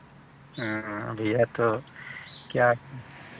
भैया तो क्या